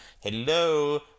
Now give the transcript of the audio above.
Hello